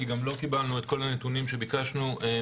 כי גם לא קיבלנו את כל הנתונים שביקשנו מהמשטרה.